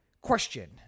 question